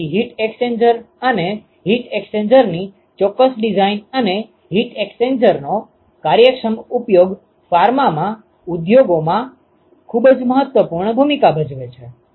તેથી heat exchanger અને heat એક્સ્ચેન્જરની ચોક્કસ ડિઝાઇન અને હીટ એક્સ્ચેન્જરનો કાર્યક્ષમ ઉપયોગ ફાર્મા ઉદ્યોગોમાં ખૂબ જ મહત્વપૂર્ણ ભૂમિકા ભજવે છે